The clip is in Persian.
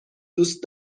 دوست